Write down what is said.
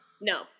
No